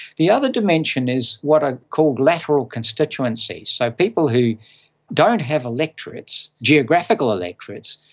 the other dimension is what i call lateral constituency. so people who don't have electorates, geographical electorates,